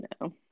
no